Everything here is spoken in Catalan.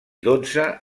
dotze